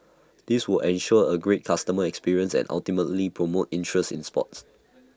this will ensure A great customer experience and ultimately promote interest in sports